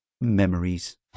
Memories